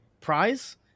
prize